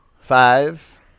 Five